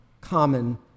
common